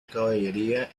caballería